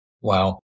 Wow